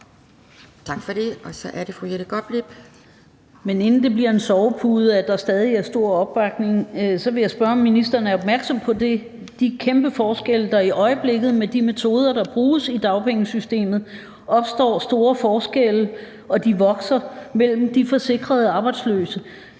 Men inden det bliver en sovepude, at der stadig er stor opbakning, vil jeg spørge, om ministeren er opmærksom på de kæmpe forskelle, der i øjeblikket opstår med de metoder, der bruges i dagpengesystemet, og at de vokser, mellem de forsikrede arbejdsløse,